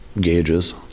gauges